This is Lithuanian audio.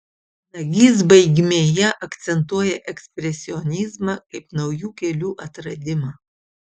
nagys baigmėje akcentuoja ekspresionizmą kaip naujų kelių atradimą